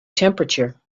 temperature